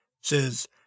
says